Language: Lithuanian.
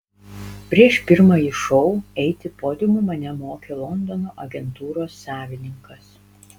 prieš pirmąjį šou eiti podiumu mane mokė londono agentūros savininkas